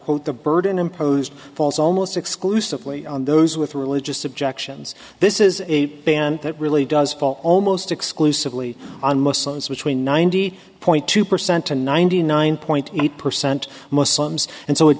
quote the burden imposed falls almost exclusively on those with religious objections this is a ban that really does fall almost exclusively on muslims which we ninety point two percent to ninety nine point eight percent muslims and so it